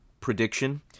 prediction